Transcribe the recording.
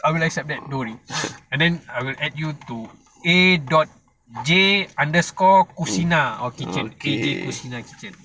I will accept that don't worry then I will add you to a dot J underscore kusina or kitchen K_J kusina kitchen